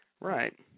Right